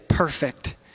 perfect